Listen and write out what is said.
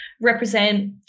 represent